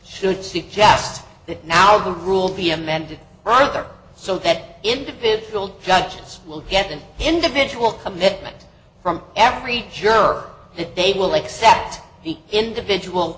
should suggest that now the rule be amended right there so that individual judges will get an individual commitment from every jerk that they will accept the individual